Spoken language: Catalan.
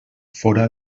fóra